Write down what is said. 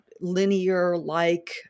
linear-like